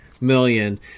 million